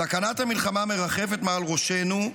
סכנת המלחמה מרחפת מעל ראשינו,